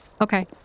Okay